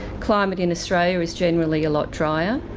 climate in australia is generally a lot dryer,